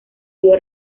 dio